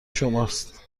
شماست